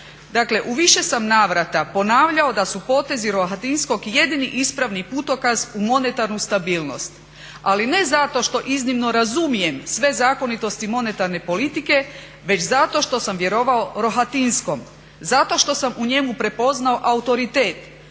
Dakle: "U više sam navrata ponavljao da su potezi Rohatinskog jedini ispravni putokaz u monetarnu stabilnost ali ne zato što iznimno razumijem sve zakonitosti monetarne politike već zato što sam vjerovao Rohatinskom, zato što sam u njemu prepoznao autoritet